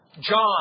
John